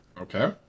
Okay